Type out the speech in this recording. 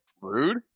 Rude